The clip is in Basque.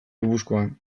gipuzkoan